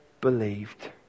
believed